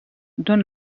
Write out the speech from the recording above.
donne